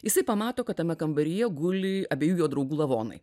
jisai pamato kad tame kambaryje guli abiejų jo draugų lavonai